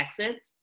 exits